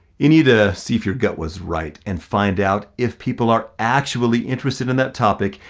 you need to see if your gut was right and find out if people are actually interested in that topic,